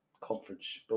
conference